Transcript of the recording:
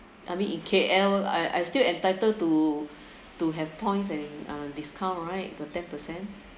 I mean in K_L I I still entitled to to have points and uh discount right the ten percent